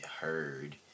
heard